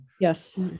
yes